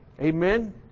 Amen